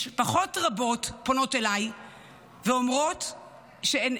משפחות רבות פונות אליי ואומרות שהן